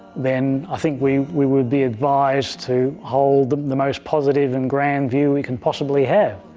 then i think we we would be advised to hold the most positive and grand view we can possibly have,